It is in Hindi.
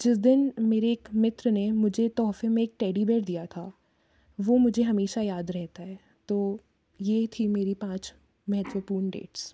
जिस दिन मेरे एक मित्र ने मुझे तोहफ़े में मुझे एक टेडी बेयर दिया था वह मुझे हमेशा याद रहता है तो यह थी मेरी पाँच महत्वपूर्ण डेट्स